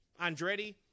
Andretti